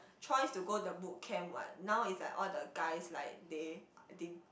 choice to go the boot camp what now is like all the guys like they I think